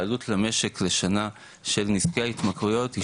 העלות למשק לשנה של נזקי ההתמכרויות היא